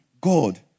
God